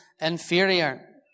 inferior